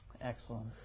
Excellent